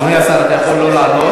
אדוני השר, אתה יכול שלא לענות,